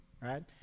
right